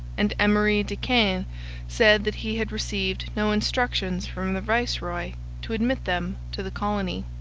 and emery de caen said that he had received no instructions from the viceroy to admit them to the colony.